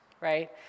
Right